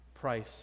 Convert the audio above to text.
price